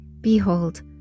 Behold